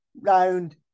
round